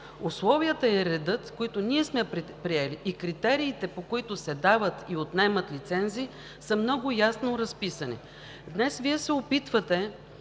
Условията и редът, които ние сме предприели, критериите, по които се дават и отнемат лицензи, са много ясно разписани. Днес вече се опитвате